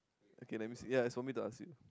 okay let me see ya it's for me to ask you